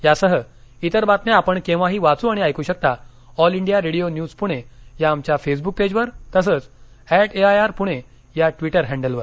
यासह तिर बातम्या आपण केव्हाही वाच्र ऐकू शकता all India radio news Pune या आमच्या फेसबुक पेजवर तसंच ऍट एआयआर पुणे या ट्विटर हँडलवर